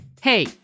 Hey